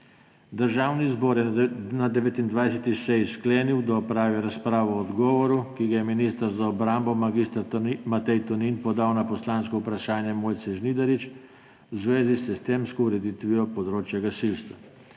Državni zbor je na 29. seji sklenil, da opravi razpravo o odgovoru, ki ga je minister za obrambo mag. Matej Tonin podal na poslansko vprašanje Mojce Žnidarič v zvezi s sistemsko ureditvijo področja gasilstva.